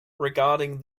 regarding